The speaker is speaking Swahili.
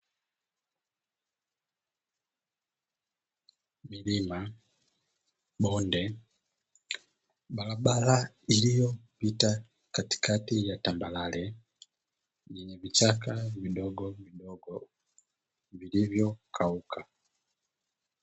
Milima, bonde, barabara iliyopita katikati ya tambarare yenye vichaka vidogo vilivyokauka.